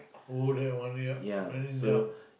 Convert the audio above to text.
or that one yeah very dumb